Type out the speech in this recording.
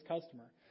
customer